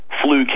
flu